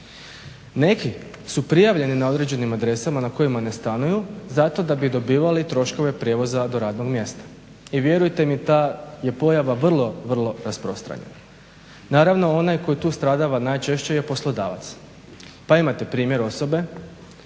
Neki su prijavljeni na određenim adresama na kojima ne stanuju zato da bi dobivali troškove prijevoza do radnog mjesta. I vjerujte mi ta je pojava vrlo, vrlo rasprostranjena. Naravno onaj koji tu stradava najčešće je poslodavac. Pa imate primjer osobe